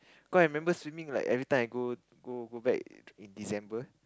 cause I remember swimming like every time I go go go back in December